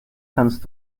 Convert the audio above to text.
kannst